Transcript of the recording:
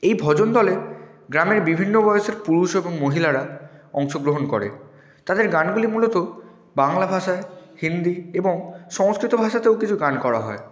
এই ভজন দলে গ্রামের বিভিন্ন বয়সের পুরুষ এবং মহিলারা অংশগ্রহণ করে তাদের গানগুলি মূলত বাংলা ভাষায় হিন্দি এবং সংস্কৃত ভাষাতেও কিছু গান করা হয়